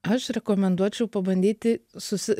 aš rekomenduočiau pabandyti susi